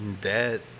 dead